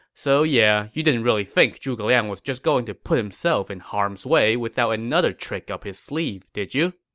so yeah, you didn't really think zhuge liang was just going to put himself in harm's way without another trick up his sleeve, did you?